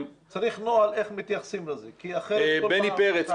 צריך נוהל איך מתייחסים לזה כי אחרת כל פעם --- בני פרץ,